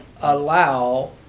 allow